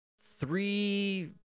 three